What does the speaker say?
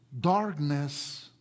darkness